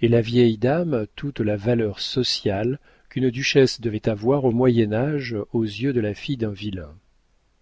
et la vieille dame toute la valeur sociale qu'une duchesse devait avoir au moyen age aux yeux de la fille d'un vilain